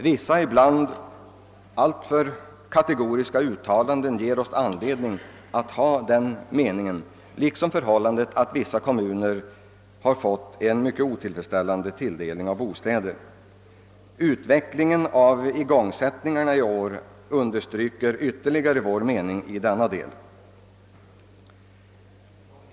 Vissa ibland alltför kategoriska uttalanden liksom det förhållandet, att vissa kommuner fått en mycket otillfredsställande tilldelning av bostäder, ger oss anledning att ha den meningen. Utvecklingen av igångsättningarna i år understryker ytterligare vår mening i denna del.